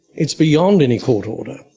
it's beyond any court order,